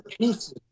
pieces